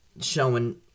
showing